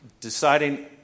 deciding